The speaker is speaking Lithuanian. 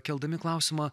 keldami klausimą